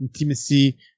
intimacy